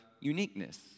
uniqueness